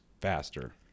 faster